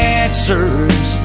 answers